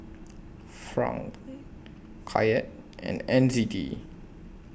Franc Kyat and N Z D